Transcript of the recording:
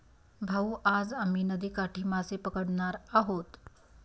भाऊ, आज आम्ही नदीकाठी मासे पकडणार आहोत